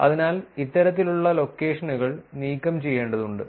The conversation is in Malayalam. അതിനാൽ ഇത്തരത്തിലുള്ള ലൊക്കേഷനുകൾ നീക്കം ചെയ്യേണ്ടതുണ്ട്